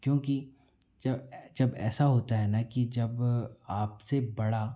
क्योंकि जब जब ऐसा होता है न की जब आपसे बड़ा